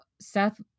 Seth